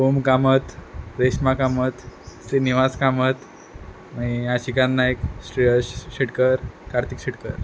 ओम कामत रेश्मा कामत श्रीनिवास कामत मागीर आशिकाना नायक श्रेयश शेटकर कार्तीक शेटकर